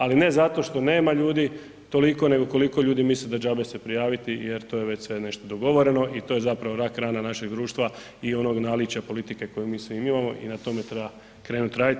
Ali ne zato što nema ljudi toliko nego koliko ljudi misle da džabe se prijaviti jer to je već sve nešto dogovoreno i to je zapravo rak rana našega društva i onog naličja politike koje mi svi imamo i na tome treba krenuti raditi.